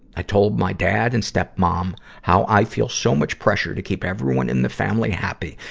i told my dad and stepmom um how i feel so much pressure to keep everyone in the family happy,